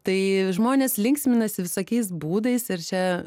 tai žmonės linksminasi visokiais būdais ir čia